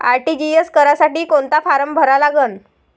RTGS करासाठी कोंता form भरा लागन?